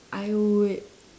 I would